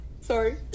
Sorry